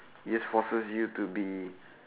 it forces you to be